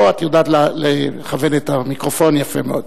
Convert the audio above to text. בבקשה.